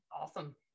awesome